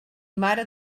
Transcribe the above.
mare